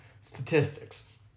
statistics